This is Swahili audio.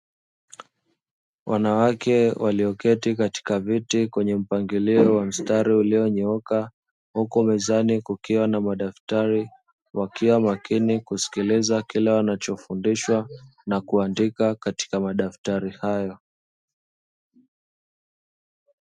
Wanawake walioketi katika viti kwenye mpangilio wa mstari ulionyooka, huku mezani kukiwa na madaftari wakiwa makini kusikiliza kile wanachofundishwa na kuandika katika madaftari hayo.